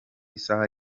isaha